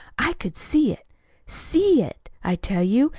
i could see it see it, i tell you,